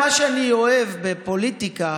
מה שאני אוהב בפוליטיקה